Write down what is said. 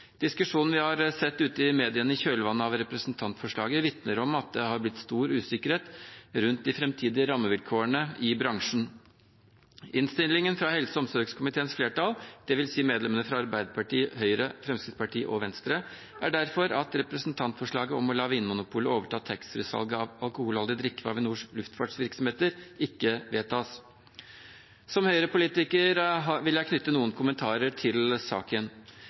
Diskusjonen vi har sett i mediene i kjølvannet av representantforslaget, vitner om at det har blitt stor usikkerhet rundt de framtidige rammevilkårene i bransjen. Innstillingen fra helse- og omsorgskomiteens flertall, dvs. medlemmene fra Arbeiderpartiet, Høyre, Fremskrittspartiet og Venstre, er derfor at representantforslaget om å la Vinmonopolet overta taxfree-salget av alkoholholdig drikke ved Avinors luftfartsvirksomheter ikke vedtas. Som Høyre-politiker vil jeg knytte noen kommentarer til saken.